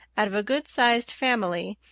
out of a good-sized family,